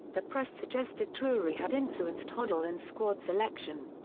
the press suggested drewery had influenced hoddle in squad selection.